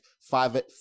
five